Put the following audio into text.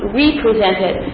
re-presented